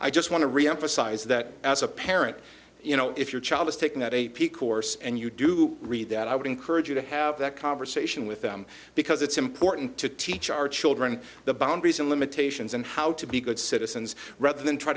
i just want to reemphasize that as a parent you know if your child is taking that a p course and you do read that i would encourage you to have that conversation with them because it's important to teach our children the boundaries and limitations and how to be good citizens rather than try